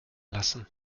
lassen